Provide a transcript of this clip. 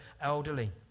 elderly